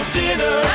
dinner